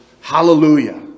hallelujah